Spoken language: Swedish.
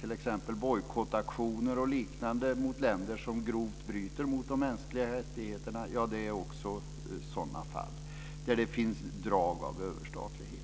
t.ex. bojkottaktioner mot länder som grovt bryter mot de mänskliga rättigheterna är också sådana fall där det finns drag av överstatlighet.